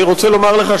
אני רוצה לומר לך,